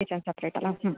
kitchen separate ಅಲಾ ಹ್ಞೂ